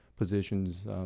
Positions